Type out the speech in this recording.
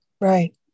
Right